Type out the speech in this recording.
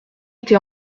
été